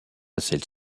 celles